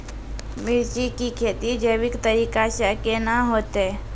मिर्ची की खेती जैविक तरीका से के ना होते?